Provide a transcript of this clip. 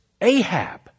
Ahab